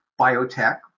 biotech